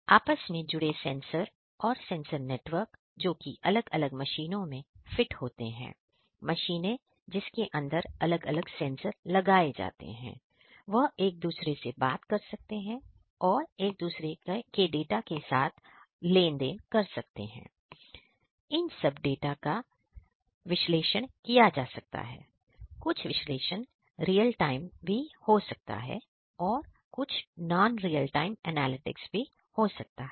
तो आपस में जुड़े सेंसर और सेंसर नेटवर्क जोकि अलग अलग मशीनों में फिट होते हैं मशीनें जिसके अंदर अलग अलग सेंसर लगाए जाते हैं वह एक दूसरे से बात कर सकते हैं और एक दूसरे के साथ डाटा की लेनदेन कर सकते हैं इन सब डाटा के ऊपर विश्लेषण किया जा सकता है कुछ विश्लेषण रियल टाइम भी हो सकता है और कुछ नांद रियल टाइम एनालिटिक्स भी हो सकता है